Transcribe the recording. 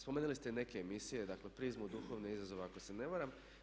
Spomenuli ste i neke emisije, dakle Prizmu, Duhovni izazov ako se ne varam.